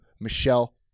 Michelle